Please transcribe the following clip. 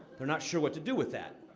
they're not sure what to do with that.